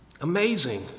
Amazing